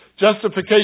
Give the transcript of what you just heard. Justification